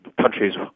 countries